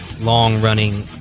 long-running